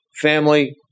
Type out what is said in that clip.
family